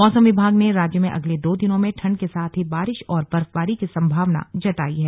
मौसम विभाग ने राज्य में अगले दो दिनों में ठंड के साथ ही बारिश और बर्फबारी की संभावना जतायी है